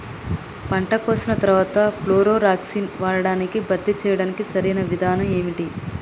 పంట కోసిన తర్వాత ప్రోక్లోరాక్స్ వాడకాన్ని భర్తీ చేయడానికి సరియైన విధానం ఏమిటి?